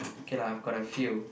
okay lah I've got a few